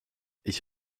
ich